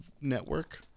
network